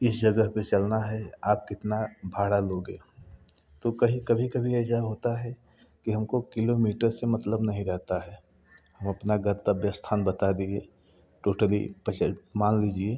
इस जगह पे चलना है आप कितना भाड़ा लोगे तो कहीं कभी कभी ऐसा होता है कि हमको किलोमीटर से मतलब नहीं रहता है हम अपना गंतव्य स्थान बता दिए टोटली परसेंट मान लीजिए